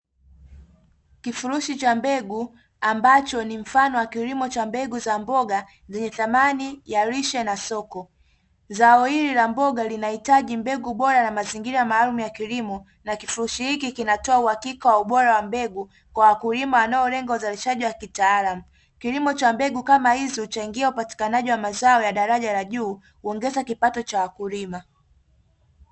Kifurushi cha mbegu, ambacho ni mfano wa kilimo cha mbegu za mboga zenye thamani ya lishe na soko. Zao hili la mboga linahitaji mbegu bora na mazingira maalumu ya kilimo, na kifurushi hiki kinatoa uhakika wa ubora wa mbegu kwa wakulima wanaolenga uzalishaji wa kitaalamu. Kilimo cha mbegu kama hizo huchangia upatikanaji wa mazao ya daraja la juu, kuongeza kipato cha wakulima.